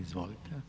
Izvolite.